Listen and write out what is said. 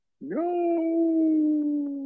No